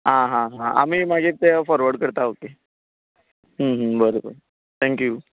आं हां हां आमी मागीर ते फॉर्वड करता ओके बरें बरें थँकयू